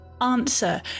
answer